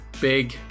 Big